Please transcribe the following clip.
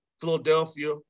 Philadelphia